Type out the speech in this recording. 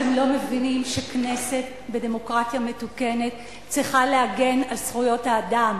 אתם לא מבינים שכנסת בדמוקרטיה מתוקנת צריכה להגן על זכויות האדם,